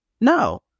No